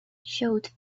showed